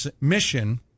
mission